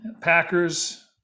Packers